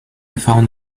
found